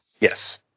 yes